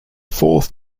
fourth